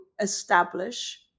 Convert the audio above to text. establish